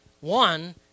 One